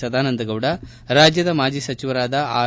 ಸದಾನಂದಗೌಡ ರಾಜ್ಯದ ಮಾಜಿ ಸಚಿವರಾದ ಆರ್